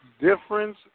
difference